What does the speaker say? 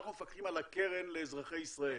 אנחנו מפקחים על הקרן לאזרחי ישראל,